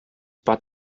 pot